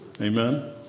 Amen